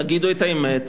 תגידו את האמת,